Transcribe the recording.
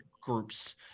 groups